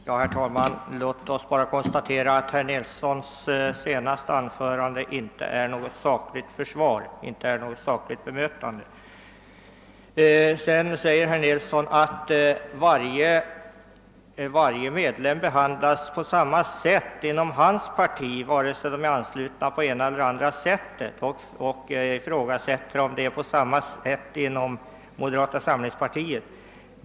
Herr talman! Låt oss bara konstate ra att herr Nilssons i Östersund senaste anförande inte är något sakligt bemötande. Herr Nilsson säger att varje medlem behandlas på samma sätt inom hans parti vare sig de är anslutna på det ena eller det andra sättet. Han frågar om det är på samma sätt inom moderata samlingspartiet.